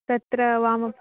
तत्र वाम